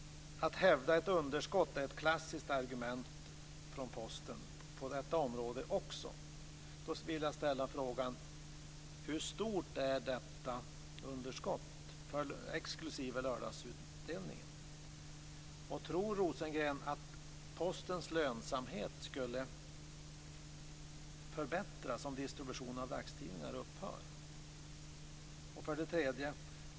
Att hävda ett underskott är ett klassiskt argument från Postens sida på detta område också. Hur stort är detta underskott, exklusive lördagsutdelningen? Tror Rosengren att Postens lönsamhet skulle förbättras om distributionen av dagstidningar upphör?